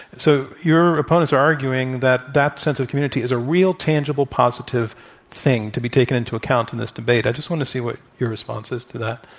so, your opponents are arguing that that sense of community is a real tangible positive thing to be taken into account in this debate. i just want to see what your response is to that.